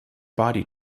body